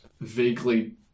vaguely